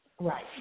right